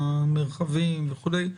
במרחבים וכולי,